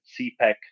CPEC